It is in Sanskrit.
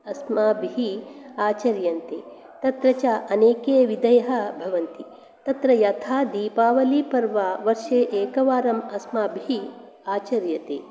अस्माभिः आचर्यन्ते तत्र च अनेके विधयः भवन्ति तत्र यथा दीपावलीपर्व वर्षे एकवारम् अस्माभिः आचर्यते